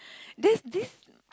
there this